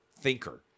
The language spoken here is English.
thinker